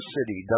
City